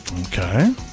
Okay